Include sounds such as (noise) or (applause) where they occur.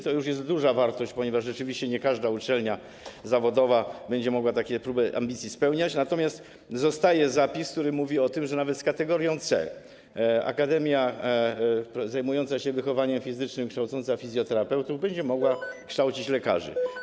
To już jest duża wartość, ponieważ rzeczywiście nie każda uczelnia zawodowa będzie mogła takie próby ambicji spełniać, natomiast zostaje zapis, który mówi o tym, że nawet z kategorią C akademia zajmująca się wychowaniem fizycznym, kształcąca fizjoterapeutów, będzie mogła (noise) kształcić lekarzy.